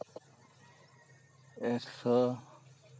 ᱮᱠᱥᱚ